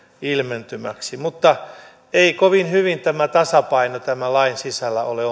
ilmentymäksi mutta ei kovin hyvin tämä tasapaino tämän lain sisällä ole